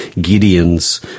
Gideon's